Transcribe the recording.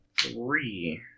three